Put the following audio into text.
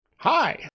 Hi